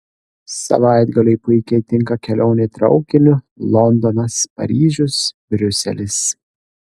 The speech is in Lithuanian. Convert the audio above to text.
savaitgaliui puikiai tinka kelionė traukiniu londonas paryžius briuselis